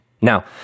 Now